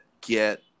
get